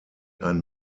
ein